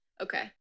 okay